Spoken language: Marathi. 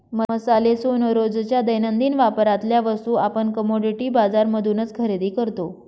मसाले, सोन, रोजच्या दैनंदिन वापरातल्या वस्तू आपण कमोडिटी बाजार मधूनच खरेदी करतो